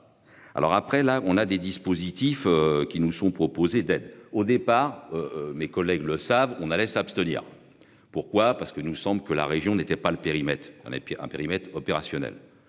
alors après la on a des dispositifs qui nous sont proposées d'aide au départ. Mes collègues le savent, on allait s'abstenir. Pourquoi parce que nous sommes que la région n'était pas le périmètre dans appui un périmètre opérationnel.